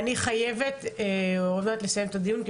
אני חייבת עוד מעט לסיים את הדיון כי